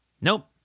Nope